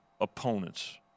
opponents